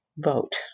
Vote